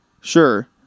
Sure